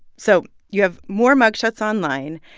so you have more mug shots online,